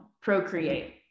procreate